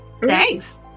Thanks